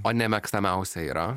o nemėgstamiausia yra